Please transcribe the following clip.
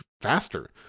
faster